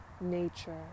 nature